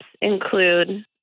include